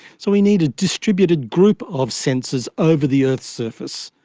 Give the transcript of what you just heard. so we need a distributed group of sensors over the earth's surface.